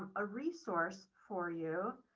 a resource for you.